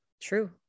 true